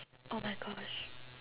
oh my gosh